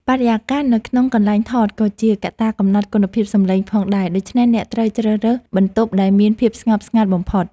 បរិយាកាសនៅក្នុងកន្លែងថតក៏ជាកត្តាកំណត់គុណភាពសំឡេងផងដែរដូច្នេះអ្នកត្រូវជ្រើសរើសបន្ទប់ដែលមានភាពស្ងប់ស្ងាត់បំផុត។